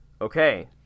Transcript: okay